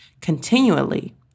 continually